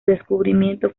descubrimiento